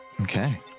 okay